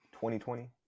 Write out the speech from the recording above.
2020